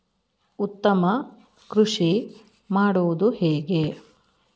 ಉತ್ತಮ ಕೃಷಿ ಮಾಡುವುದು ಹೇಗೆ?